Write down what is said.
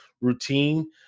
routine